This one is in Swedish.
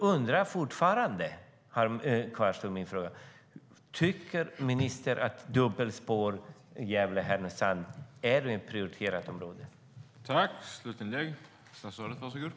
Min fråga kvarstår: Tycker ministern att dubbelspår Gävle-Härnösand är en prioriterad fråga?